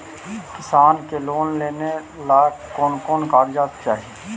किसान के लोन लेने ला कोन कोन कागजात चाही?